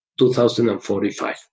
2045